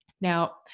Now